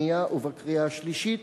השנייה ובקריאה השלישית